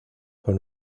con